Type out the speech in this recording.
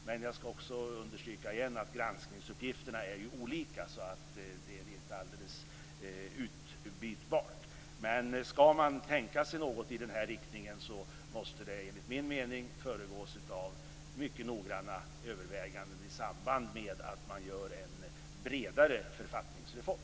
Men jag skall också understryka igen att granskningsuppgifterna ju är olika, så det är inte alldeles utbytbart. Men skall man tänka sig något i den här riktningen måste det enligt min mening föregås av mycket noggranna överväganden i samband med att man gör en bredare författningsreform.